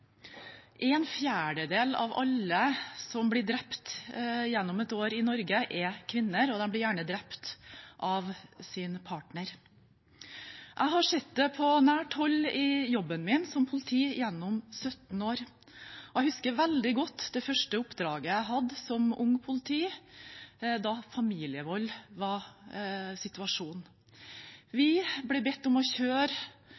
En fjerdedel av alle som gjennom et år blir drept i Norge, er kvinner, og de blir gjerne drept av sin partner. Jeg har sett det på nært hold i jobben min som politi gjennom 17 år, og jeg husker veldig godt det første oppdraget jeg hadde som ung politi, da familievold var situasjonen.